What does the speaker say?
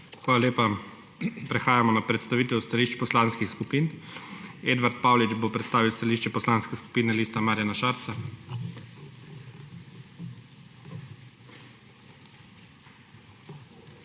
Hvala lepa. Prehajamo na predstavitev stališč poslanskih skupin. Edvard Paulič bo predstavil stališče Poslanske skupine Liste Marjana Šarca. **EDVARD